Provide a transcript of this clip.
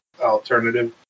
alternative